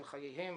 על חייהם,